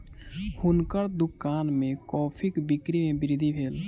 हुनकर दुकान में कॉफ़ीक बिक्री में वृद्धि भेल